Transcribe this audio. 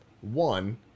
one